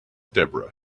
deborah